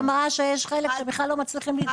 היא בדיוק אמרה שיש חלק שבכלל לא מצליחים להתלונן.